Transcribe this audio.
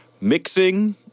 mixing